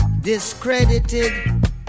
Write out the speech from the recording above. discredited